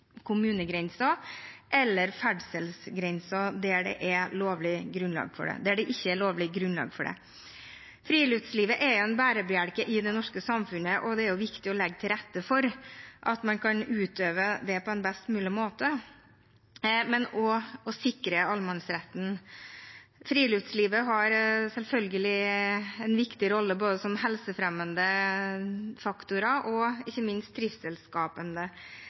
kommunegrenser eller ferdselsgrenser der det ikke er lovlig grunnlag for det. Friluftslivet er en bærebjelke i det norske samfunnet. Det er viktig å legge til rette for at man kan utøve det på en best mulig måte og sikre allemannsretten. Friluftslivet har selvfølgelig en viktig rolle som helsefremmende faktor og er ikke minst